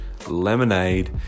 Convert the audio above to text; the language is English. Lemonade